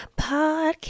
podcast